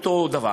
זה אותו דבר.